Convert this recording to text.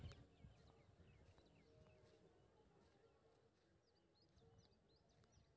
विपो के गठन रचनात्मक गतिविधि आ बौद्धिक संपदा संरक्षण के बढ़ावा दै खातिर कैल गेल रहै